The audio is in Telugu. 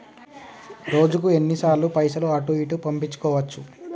రోజుకు ఎన్ని సార్లు పైసలు అటూ ఇటూ పంపించుకోవచ్చు?